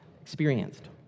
experienced